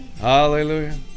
Hallelujah